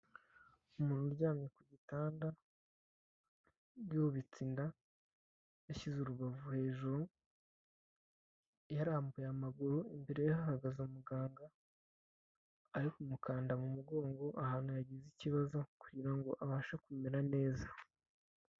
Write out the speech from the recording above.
Umuntu uryamye ku gitanda, yubitse inda, yashyize urubavu hejuru, yarambuye amaguru, imbere ye hahagaze muganga, ari kumukanda mu mugongo ahantu hagize ikibazo kugira abashe kumera neza.